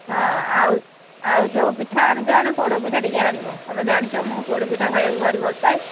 ହଁ ଆଉ ଆଉ ଯେଉଁ ପିଠା ଆଣୁଛ ଆଣ ଆଉ ପୋଡ଼ ପିଠା ଟିକିଏ ଆଣିବ ତୁମେ ଜାଣିଛ ମୁଁ ପୋଡ଼ ପିଠା ଖାଇବାକୁ ଭାରି ଭଲ ପାଏ